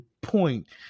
point